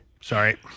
Sorry